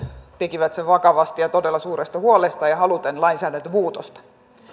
tekivät sen vakavasti ja todella suuresta huolesta ja ja haluten lainsäädäntömuutosta